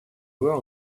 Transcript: were